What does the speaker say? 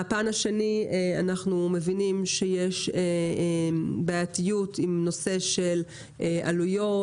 מהפן השני אנחנו מבינים שיש בעייתיות עם נושא העלויות